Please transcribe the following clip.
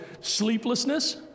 sleeplessness